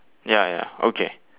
ya ya okay